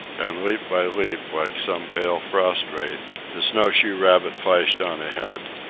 and leap by leap, like some pale frost wraith, the snowshoe rabbit flashed on ahead.